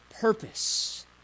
purpose